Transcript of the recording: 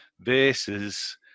versus